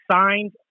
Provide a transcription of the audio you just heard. signed